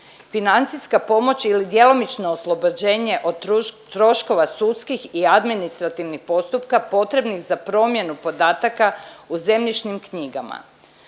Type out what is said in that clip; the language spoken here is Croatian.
financijska pomoć ili djelomično oslobođenje od troškova sudskih i administrativnih postupka potrebnih za promjenu podataka u zemljišnim knjigama.